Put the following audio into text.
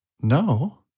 no